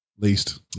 Least